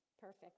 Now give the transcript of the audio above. Perfect